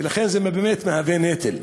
ולכן זה באמת מהווה נטל.